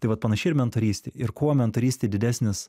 tai vat panašiai ir mentorystėj ir kuo mentorystėj didesnis